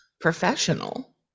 professional